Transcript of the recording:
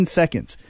seconds